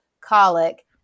colic